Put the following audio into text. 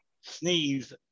sneeze